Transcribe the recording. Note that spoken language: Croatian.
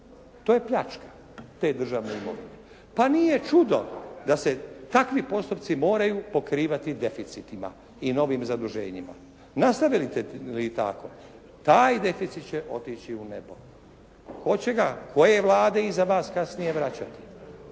to je pljačka te državne imovine. Pa nije čudo da se takvi postupci moraju pokrivati deficitima i novim zaduženjima. Nastave li tako, taj deficit će otići u nedogled. Tko će ga, koje Vlade iza vas kasnije vraćati?